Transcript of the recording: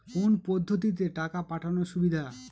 কোন পদ্ধতিতে টাকা পাঠানো সুবিধা?